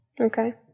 Okay